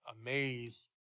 amazed